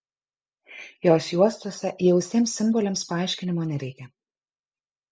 jos juostose įaustiems simboliams paaiškinimo nereikia